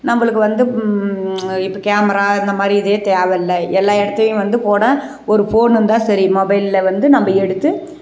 நம்மளுக்கு வந்து இப்போ கேமரா இந்தமாதிரி இதே தேவையில்ல எல்லா இடத்தையும் வந்து போனால் ஒரு ஃபோன் இருந்தால் சரி மொபைலில் வந்து நம்ம எடுத்து